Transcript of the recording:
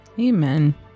Amen